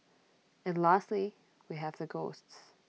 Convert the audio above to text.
and lastly we have the ghosts